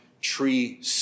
tree